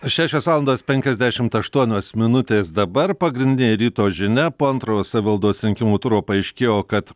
šešios valandos penkiasdešimt aštuonios minutės dabar pagrindinė ryto žinia po antrojo savivaldos rinkimų turo paaiškėjo kad